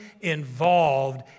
involved